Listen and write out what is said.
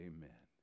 Amen